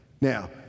Now